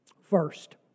First